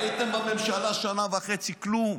הייתם בממשלה שנה וחצי, כלום.